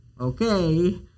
Okay